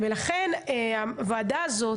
לכן הוועדה הזאת